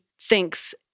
thinks